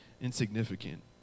insignificant